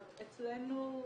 אצלנו,